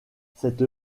cette